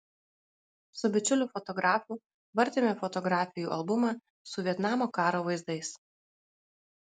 su bičiuliu fotografu vartėme fotografijų albumą su vietnamo karo vaizdais